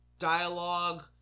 dialogue